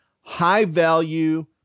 high-value